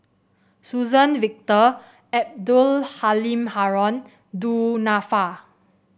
Suzann Victor Abdul Halim Haron Du Nanfa